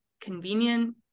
convenient